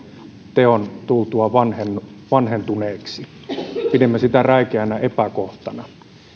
teon tultua vanhentuneeksi pidimme sitä räikeänä epäkohtana